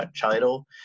title